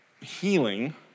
healing